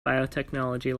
biotechnology